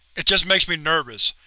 it just makes me nervous.